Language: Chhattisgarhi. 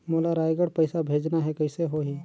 मोला रायगढ़ पइसा भेजना हैं, कइसे होही?